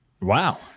wow